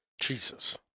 Jesus